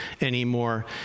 anymore